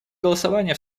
голосование